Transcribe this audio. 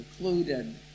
included